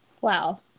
wow